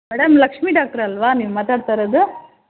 madam Lakshmi doctor ಅಲ್ವ ನೀವು ಮಾತಾಡ್ತಾಯಿರೋದು